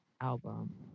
album